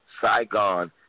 Saigon